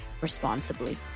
responsibly